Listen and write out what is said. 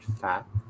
fat